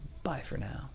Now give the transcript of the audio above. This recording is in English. bye for now.